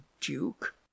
Duke